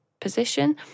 position